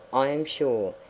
i am sure,